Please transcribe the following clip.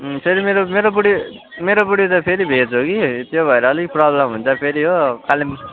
फेरि मेरो मेरो बुढी मेरो बुढी त फेरि भेज हो कि त्यो भएर अलिकति प्रब्लम हुन्छ फेरि हो कालिम्